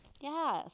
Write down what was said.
Yes